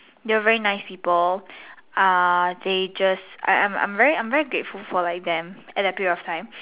they were very nice people uh they just I'm I'm like very grateful for them at that period of time